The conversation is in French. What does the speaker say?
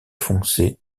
foncé